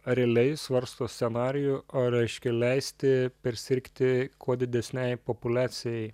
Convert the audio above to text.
realiai svarsto scenarijų ar reiškia leisti persirgti kuo didesnei populiacijai